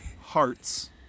hearts